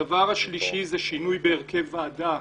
הדבר השלישי זה שינוי בהרכב ועדה